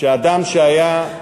שאדם שהיה,